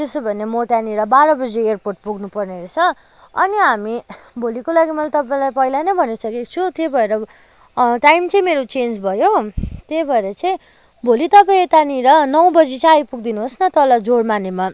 त्यसो भने म त्यहाँनिर बाह्र बजी एयरपोर्ट पुग्नुपर्ने रहेछ अनि हामी भोलिको लागि मैले तपाईँलाई पहिला नै भनिसकेको छु त्यही भएर टाइम चाहिँ मेरो चेन्ज भयो त्यही भएर चाहिँ भोलि तपाईँ यतानिर नौ बजी चाहिँ आइपुगिदिनुहोस् न तल जोरमानेमा